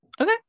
okay